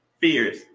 fears